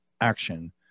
action